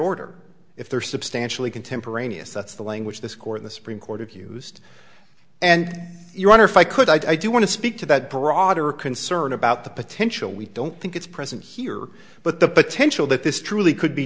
order if they're substantially contemporaneous that's the language this court the supreme court abused and you wonder if i could i do want to speak to that broader concern about the potential we don't think it's present here but the potential that this truly could be